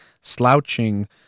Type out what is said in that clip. slouching